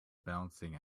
balancing